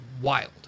wild